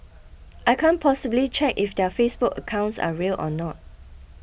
I can't possibly check if their Facebook accounts are real or not